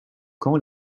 camp